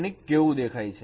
conic કેવું દેખાય છે